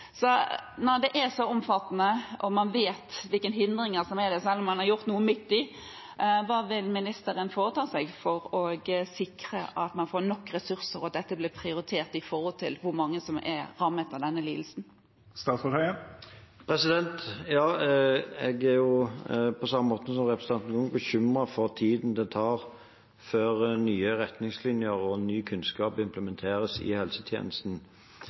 det er så omfattende, og når man vet hvilke hindringer som finnes – selv om man har gjort noe midt imellom – hva vil ministeren foreta seg for å sikre at man får nok ressurser, og at dette blir prioritert, med tanke på hvor mange som er rammet av denne lidelsen? Jeg er, på samme måte som representanten Grung, bekymret for tiden det tar før nye retningslinjer og ny kunnskap implementeres i helsetjenesten.